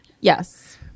Yes